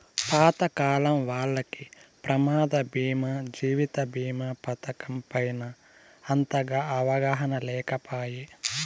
పాతకాలం వాల్లకి ప్రమాద బీమా జీవిత బీమా పతకం పైన అంతగా అవగాహన లేకపాయె